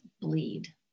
bleed